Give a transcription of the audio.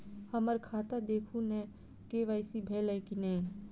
हम्मर खाता देखू नै के.वाई.सी भेल अई नै?